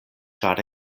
ĉar